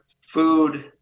food